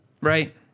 right